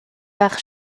par